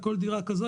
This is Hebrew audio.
על כל דירה כזאת,